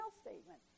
statement